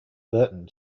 burton